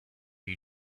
you